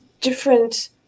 different